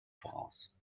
voraus